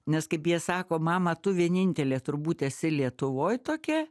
nes kaip jie sako mama tu vienintelė turbūt esi lietuvoj tokia